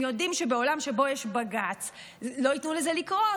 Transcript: הם יודעים שבעולם שבו יש בג"ץ לא ייתנו לזה לקרות,